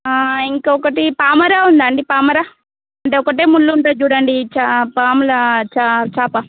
ఇంకొకటి పామర ఉందా అండి పామర అంటే ఒకటే ముల్లు ఉంటుంది చూడండి చా పాములా చా చేప